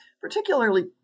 particularly